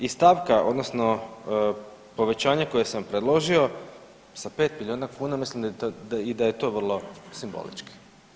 I stavka odnosno povećanje koje sam predložio sa 5 milijuna kuna mislim i da je to vrlo simbolički.